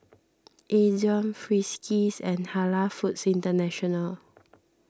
Ezion Friskies and Halal Foods International